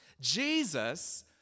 Jesus